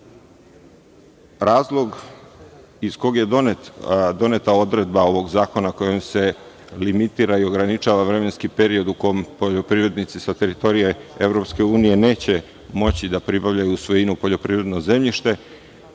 iz kog je doneta odredba ovog zakona kojim se limitira i ograničava vremenski period u kom poljoprivrednici sa teritorije EU neće moći da pribavljaju svojinu poljoprivredno zemljište,